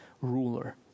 ruler